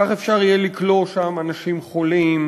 כך אפשר יהיה לכלוא שם אנשים חולים,